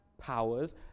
powers